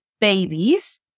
babies